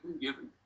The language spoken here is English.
given